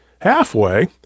halfway